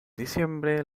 diciembre